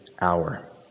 hour